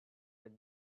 the